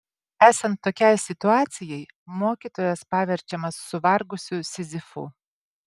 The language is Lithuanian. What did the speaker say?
esant tokiai situacijai mokytojas paverčiamas suvargusiu sizifu